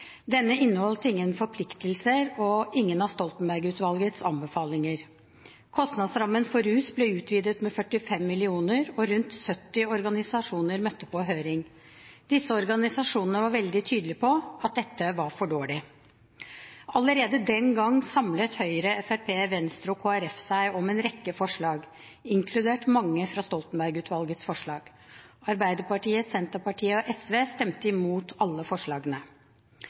Denne inneholdt ingen forpliktelser og ingen av Stoltenberg-utvalgets anbefalinger. Kostnadsrammen for rus ble utvidet med 45 mill. kr, og rundt 70 organisasjoner møtte på høring. Disse organisasjonene var veldig tydelige på at dette var for dårlig. Allerede den gang samlet Høyre, Fremskrittspartiet, Venstre og Kristelig Folkeparti seg om en rekke forslag, inkludert mange fra Stoltenberg-utvalgets forslag. Arbeiderpartiet, Senterpartiet og SV stemte imot alle forslagene.